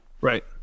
right